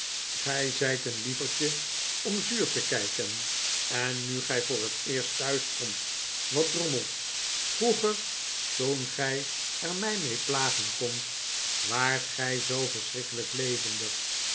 gij zijt een lieverdje om zuur te kijken nu gij voor het eerst thuis komt wat drommel vroeger toen gij er mij mee plagen kondt waart ge zoo verschrikkelijk levendig